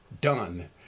done